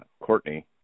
Courtney